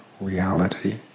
reality